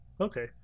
Okay